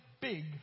big